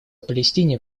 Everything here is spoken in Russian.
палестине